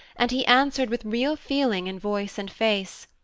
and he answered with real feeling in voice and face,